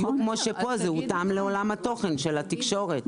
בדיוק כמו שכאן זה הותאם לעולם התוכן של התקשורת.